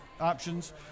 options